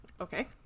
Okay